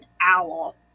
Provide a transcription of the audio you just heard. owl